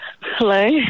Hello